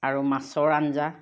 আৰু মাছৰ আঞ্জা